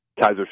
Kaiser